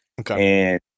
Okay